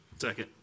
Second